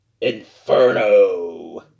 Inferno